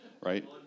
right